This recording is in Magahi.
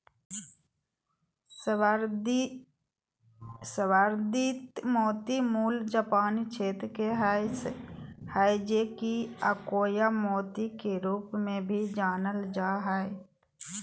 संवर्धित मोती मूल जापानी क्षेत्र के हइ जे कि अकोया मोती के रूप में भी जानल जा हइ